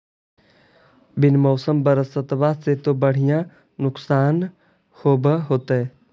बिन मौसम बरसतबा से तो बढ़िया नुक्सान होब होतै?